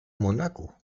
monaco